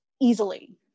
easily